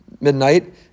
midnight